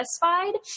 satisfied